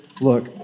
look